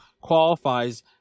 qualifies